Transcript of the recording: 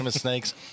snakes